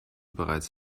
bereits